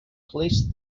police